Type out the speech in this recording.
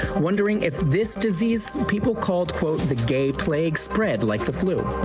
wondering if this disease people called, quote, the gay plague spread like the flu.